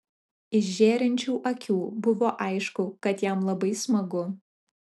iš žėrinčių akių buvo aišku kad jam labai smagu